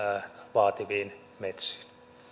vaativiin metsiin